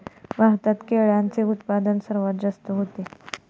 भारतात केळ्यांचे उत्पादन सर्वात जास्त होते